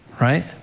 right